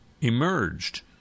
emerged